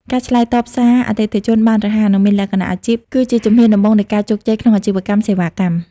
ការឆ្លើយតបសារអតិថិជនបានរហ័ស និងមានលក្ខណៈអាជីព គឺជាជំហានដំបូងនៃការជោគជ័យក្នុងអាជីវកម្មសេវាកម្ម។